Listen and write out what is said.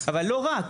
אבל לא רק.